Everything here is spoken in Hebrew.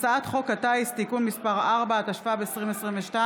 הצעת חוק הטיס (תיקון מס' 4), התשפ"ב 2022,